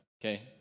okay